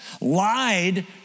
lied